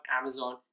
Amazon